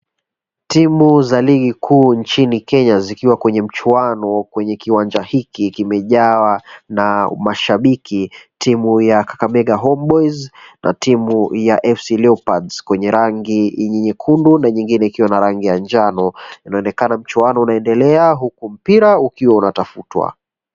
Timu za ligii kuu nchini Kenya zikiwa kwenye mchuano kwenye kiwanja hiki kimejawa na mashabiki. Timu ya Kakamega Homeboyz na timu ya FC Leopards kwenye rangi nyekundu na nyingine ikiwa na rangi ya Njano. Inaonekana mchuano unaendelea huku mpira ukiwa unatafutwa.